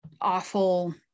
awful